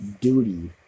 duty